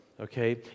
Okay